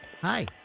Hi